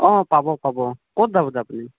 অ পাব পাব ক'ত যাব আপুনি